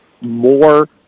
more